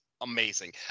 amazing